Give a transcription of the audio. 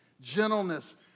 gentleness